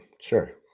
Sure